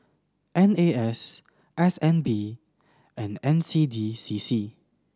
N A S S N B and N C D C C